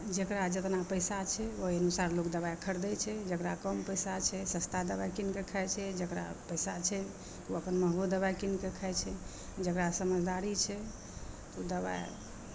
जेकरा जेतना पैसा छै ओहि हिसाब लोग दबाइ खरदै छै जकरा कम पैसा छै सस्ता दबाइ कीन कए खाइ छै जेकरा पैसा छै ओ अपन महगो दबाइ कीनकए खाइ छै जकरा समझदारी छै ओ दबाइ